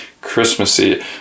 Christmassy